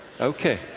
Okay